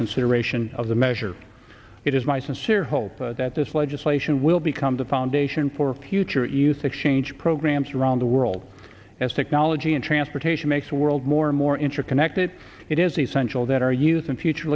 consideration of the measure it is my sincere hope that this legislation will become the foundation for future use exchange programs around the world as technology and transportation makes the world more and more interconnected it is essential that our youth and future